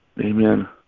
Amen